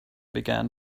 began